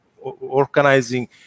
organizing